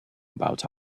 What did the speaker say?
about